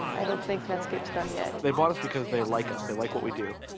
i don't think netscape's done yet. they bought us because they like us, they like what we do,